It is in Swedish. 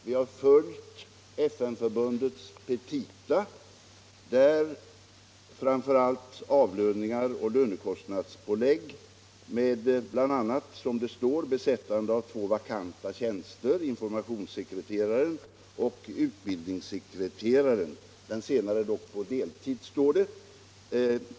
Vi har följt FN-förbundets petita när det gäller avlöningar och lönekostnadspålägg med bl.a., som det står, besättande av två vakanta tjänster, dvs. en informationssekreterare och en utbildningssekreterare på deltid.